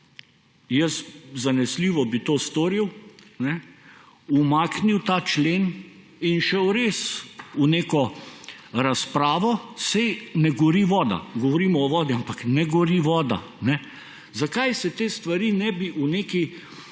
jaz zanesljivo to storil, umaknil bi ta člen in šel res v neko razpravo, saj ne gori voda. Govorimo o vodi, ampak ne gori voda. Zakaj se te stvari ne bi v neki